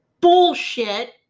bullshit